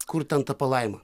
kur ten ta palaima